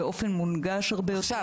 באופן מונגש הרבה יותר --- עכשיו?